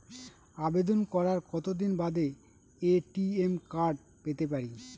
আবেদন করার কতদিন বাদে এ.টি.এম কার্ড পেতে পারি?